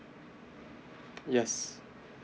yes